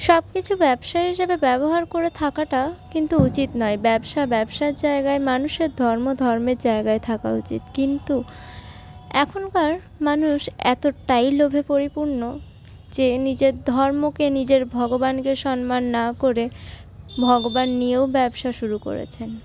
সবকিছু ব্যবসা হিসাবে ব্যবহার করে থাকাটা কিন্তু উচিৎ নয় ব্যবসা ব্যবসার জায়গায় মানুষের ধর্ম ধর্মের জায়গায় থাকা উচিৎ কিন্তু এখনকার মানুষ এতটাই লোভে পরিপূর্ণ যে নিজের ধর্মকে নিজের ভগবানকে সম্মান না করে ভগবান নিয়েও ব্যবসা শুরু করেছেন